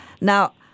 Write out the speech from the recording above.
Now